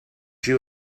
you